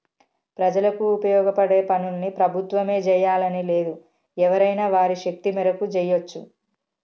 ప్రజలకు ఉపయోగపడే పనుల్ని ప్రభుత్వమే జెయ్యాలని లేదు ఎవరైనా వారి శక్తి మేరకు జెయ్యచ్చు